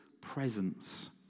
presence